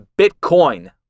Bitcoin